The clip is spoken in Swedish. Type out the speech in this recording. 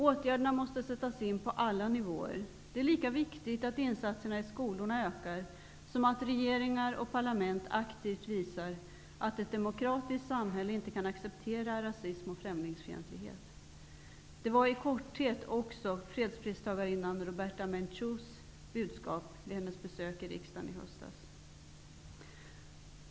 Åtgärderna måste sättas in på alla nivåer. Det är lika viktigt att insatserna i skolorna ökar som att regeringar och parlament aktivt visar att ett demokratiskt samhälle inte kan acceptera rasism och främlingsfientlighet. Det var i korthet också fredspristagarinnan Rigoberta Menchus budskap vid hennes besök här i riksdagen i höstas.